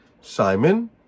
Simon